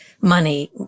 Money